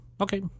Okay